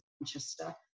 Manchester